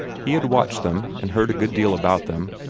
he had watched them, and heard a good deal about them,